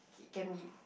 it can be